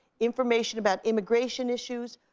information about immigration issues.